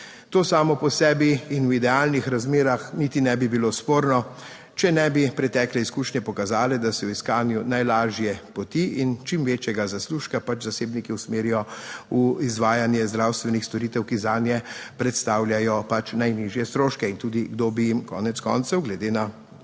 To samo po sebi in v idealnih razmerah niti ne bi bilo sporno, če ne bi pretekle izkušnje pokazale, da se v iskanju najlažje poti in čim večjega zaslužka zasebniki usmerijo v izvajanje zdravstvenih storitev, ki zanje predstavljajo pač najnižje stroške in tudi kdo bi jim konec koncev glede na